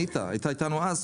אניטה הייתה איתנו אז.